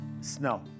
Snow